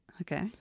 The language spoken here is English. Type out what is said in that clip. Okay